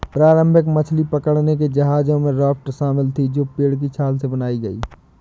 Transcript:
प्रारंभिक मछली पकड़ने के जहाजों में राफ्ट शामिल थीं जो पेड़ की छाल से बनाई गई